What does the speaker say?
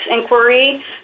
inquiry